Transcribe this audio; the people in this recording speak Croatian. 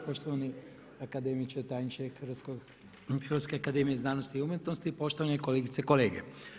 Poštovani akademiče, tajniče Hrvatske akademije znanosti i umjetnosti, poštovane kolegice i kolege.